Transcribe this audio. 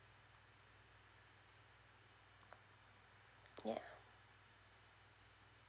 yeah